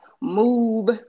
Move